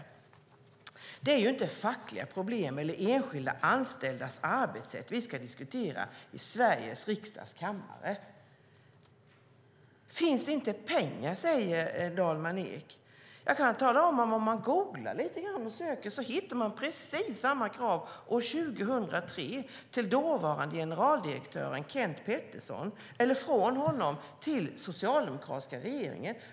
Det är inte fackliga problem eller enskilda anställdas arbetssätt vi ska diskutera i Sveriges riksdags kammare. Det finns inte pengar, säger Dalman Eek. Jag kan tala om att man om man googlar och söker lite grann hittar precis samma krav år 2003, från dåvarande generaldirektör Kenth Pettersson till den socialdemokratiska regeringen.